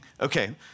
Okay